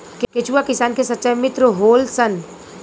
केचुआ किसान के सच्चा मित्र होलऽ सन